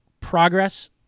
progress